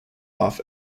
off